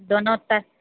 दोनों पर